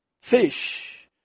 Fish